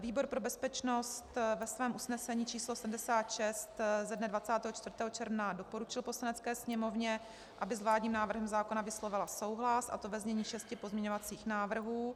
Výbor pro bezpečnost ve svém usnesení číslo 76 ze dne 24. června doporučil Poslanecké sněmovně, aby s vládním návrhem zákona vyslovila souhlas, a to ve znění šesti pozměňovacích návrhů.